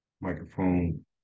microphone